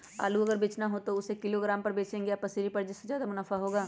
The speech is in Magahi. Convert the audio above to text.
आलू अगर बेचना हो तो हम उससे किलोग्राम पर बचेंगे या पसेरी पर जिससे ज्यादा मुनाफा होगा?